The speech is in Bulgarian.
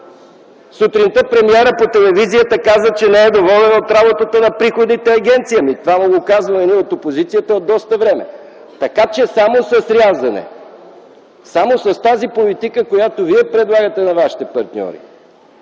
Сутринта премиерът по телевизията каза, че не е доволен от работата на Приходната агенция. Това ние от опозицията му го казваме от доста време. Така че само с рязане, само с тази политика, която Вие предлагате на вашите партньори